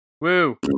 Woo